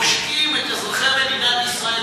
עושקים את אזרחי מדינת ישראל,